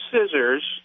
scissors